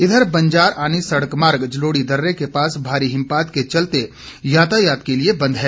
इधर बंजार आनी सड़क मार्ग जलोढ़ी दर्रे के पास भारी हिमपात के चलते यातायात के लिए बंद है